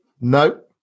No